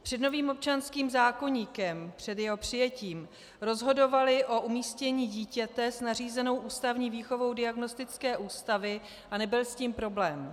Před novým občanským zákoníkem, před jeho přijetím, rozhodovaly o umístění dítěte s nařízenou ústavní výchovou diagnostické ústavy a nebyl s tím problém.